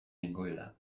nengoela